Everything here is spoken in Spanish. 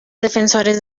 defensores